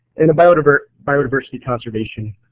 and a biodiversity biodiversity conservation